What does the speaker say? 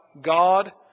God